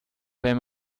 wenn